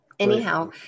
Anyhow